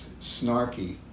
snarky